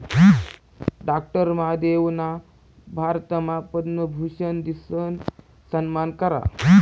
doctor महादेवना भारतमा पद्मभूषन दिसन सम्मान करा